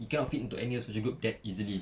you cannot fit into any social group that easily